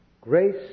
Grace